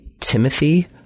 Timothy